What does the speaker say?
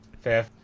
Fair